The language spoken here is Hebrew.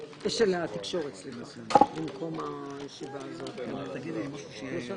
13:10.